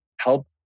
help